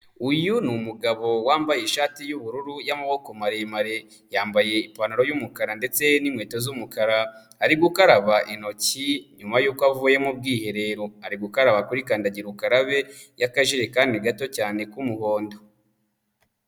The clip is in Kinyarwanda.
Uyu ni umugabo wambaye ishati y'ubururu y'amaboko maremare, yambaye ipantaro y'umukara ndetse n'inkweto z'umukara, ari gukaraba intoki nyuma yuko avuye mu bwiherero, ari gukaraba kuri kandagira ukarabe y'akajerekani gato cyane k'umuhondo.